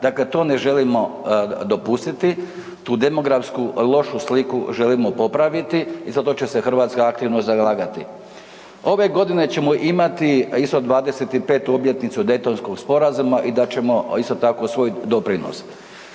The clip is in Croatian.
Dakle, to ne želimo dopustiti, tu demografsku lošu sliku želimo popraviti i za to će se Hrvatska aktivno zalagati. Ove godine ćemo imati isto 25 obljetnicu Daytonskog sporazuma i dat ćemo isto tako svoj doprinos.